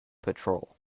patrol